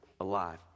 alive